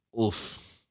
Oof